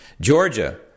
Georgia